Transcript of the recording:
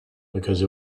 because